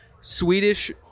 Swedish